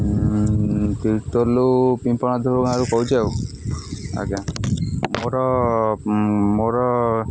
ତିର୍ତ୍ତୋଲ୍ ପିମ୍ପଣା ଗାଁ'ରୁ କହୁଛି ଆଉ ଆଜ୍ଞା ମୋର ମୋର